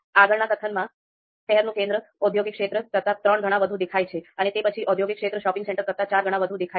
આગળનાં કથનમાં શહેરનું કેન્દ્ર ઔદ્યોગિક ક્ષેત્ર કરતા ત્રણ ગણો વધુ દેખાય છે અને તે પછી ઔદ્યોગિક ક્ષેત્ર શોપિંગ સેન્ટર કરતા ચાર ગણો વધુ દેખાય છે